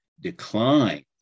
decline